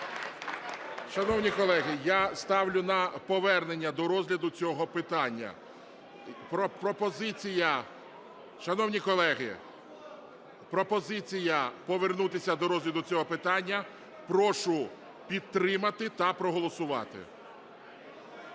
Шановні колеги, я ставлю на повернення до розгляду цього питання. Пропозиція… Шановні колеги, пропозиція повернутися до розгляду цього питання. Прошу підтримати та проголосувати.